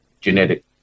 genetic